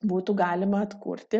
būtų galima atkurti